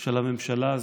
של הממשלה הזו.